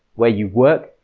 where you work,